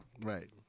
Right